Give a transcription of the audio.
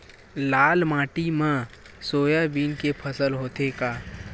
लाल माटी मा सोयाबीन के फसल होथे का?